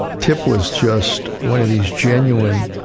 tip was just one of these genuine,